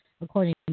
according